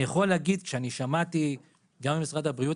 כשאני שמעתי ממשרד הבריאות,